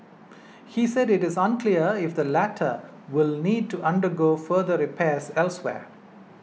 he said it is unclear if the latter will need to undergo further repairs elsewhere